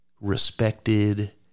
respected